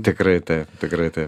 tikrai taip tikrai taip